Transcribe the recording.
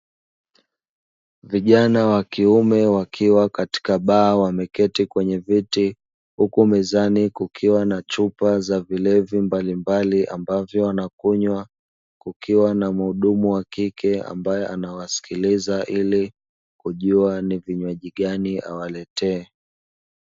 Viajana wa kiume wakiwa Katika baa wameketi kwenye viti, huku mezani kukiwa na chupa za vilevi mbalimbali ambavyo wanakunywa, kukiwa na muhudumu wakike ambae anawasikiliza ili kujua ni kinywaji gani awaletee.